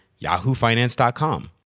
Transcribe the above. YahooFinance.com